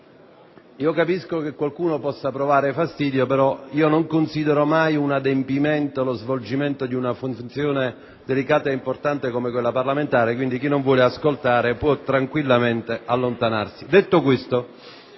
Capisco che qualcuno possa provare fastidio, ma io non considero mai un adempimento lo svolgimento di una funzione delicata e importante come quella parlamentare; quindi, chi non vuole ascoltare può tranquillamente allontanarsi.